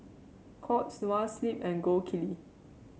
Courts Noa Sleep and Gold Kili